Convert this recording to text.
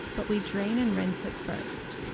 but we drain and rinse it first